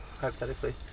hypothetically